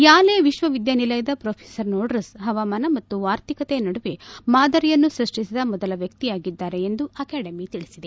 Yale ವಿಶ್ವವಿಧ್ಲಾನಿಲಯದ prof Nordhaus ಹವಾಮಾನ ಮತ್ತು ಆರ್ಥಿಕತೆ ನಡುವೆ ಮಾದರಿಯನ್ನು ಸೃಷ್ಟಿಸಿದ ಮೊದಲ ವ್ಯಕ್ತಿಯಾಗಿದ್ದಾರೆ ಎಂದು ಅಕಾಡೆಮಿ ತಿಳಿಸಿದೆ